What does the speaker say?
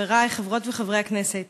חברי חברות וחברי הכנסת,